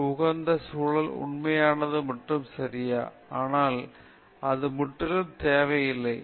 ஒரு உகந்த சூழல் உண்மையானது மற்றும் சரியா ஆனால் அது முற்றிலும் தேவையில்லை